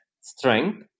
strength